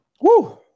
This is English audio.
Woo